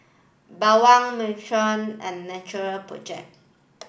Bawang and Natural project